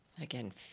Again